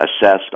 assessed